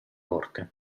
porte